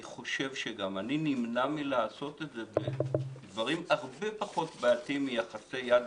אני חושב שגם אני נמנע לעשות את זה בדברים הרבה פחות בעייתיים מיחסי יד